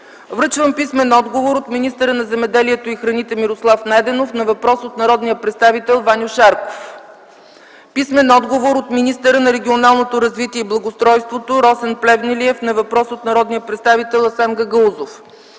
Връчвам писмен отговор от министъра на земеделието и храните Мирослав Найденов на въпрос от народния представител Ваньо Шарков. Писмен отговор от министъра на регионалното развитие и благоустройството Росен Плевнелиев на въпрос от народния представител Асен Гагаузов.